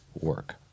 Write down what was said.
work